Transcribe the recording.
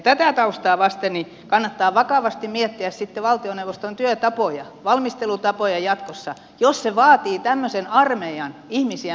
tätä taustaa vasten kannattaa vakavasti miettiä sitten valtioneuvoston työtapoja valmistelutapoja jatkossa jos se vaatii tämmöisen armeijan ihmisiä ministerin ympärille